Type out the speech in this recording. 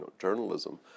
journalism